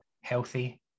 healthy